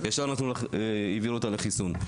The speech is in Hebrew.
ישר העבירו אותה לחיסון.